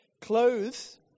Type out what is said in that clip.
Clothes